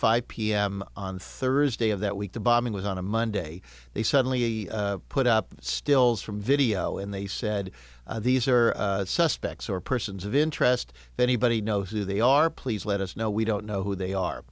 five pm on thursday of that week the bombing was on a monday they suddenly put up stills from video and they said these are suspects or persons of interest if anybody knows who they are please let us know we don't know who they are